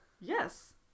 Yes